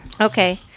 Okay